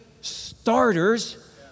starters